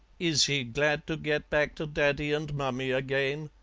is he glad to get back to daddy and mummy again?